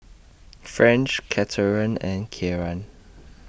French Cathern and Kieran